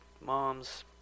moms